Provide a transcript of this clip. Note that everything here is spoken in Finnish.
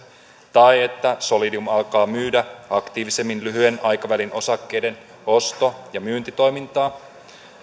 tai että solidium alkaa myydä aktiivisemmin lyhyen aikavälin osakkeiden osto ja myyntitoimintaa